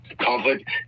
Conflict